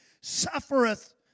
suffereth